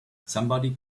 somebody